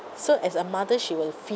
so as a mother she will feel